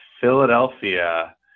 Philadelphia